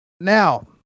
Now